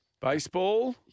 Baseball